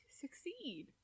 succeed